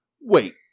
wait